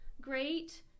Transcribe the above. great